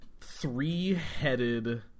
three-headed